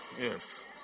yes